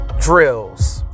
drills